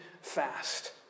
fast